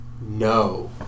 No